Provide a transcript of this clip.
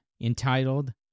entitled